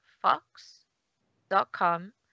fox.com